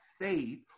faith